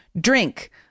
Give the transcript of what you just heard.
drink